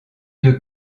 deux